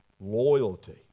loyalty